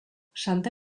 santa